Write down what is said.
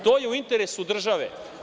To je u interesu države.